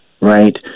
right